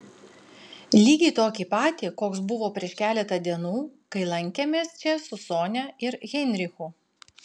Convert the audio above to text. lygiai tokį patį koks buvo prieš keletą dienų kai lankėmės čia su sonia ir heinrichu